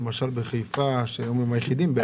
למשל בחיפה שהם היום היחידים.